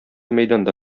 мәйданда